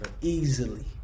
easily